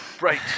Right